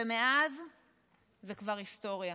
ומאז זה כבר היסטוריה.